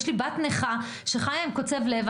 יש לי בת נכה שחיה עם קוצב לב,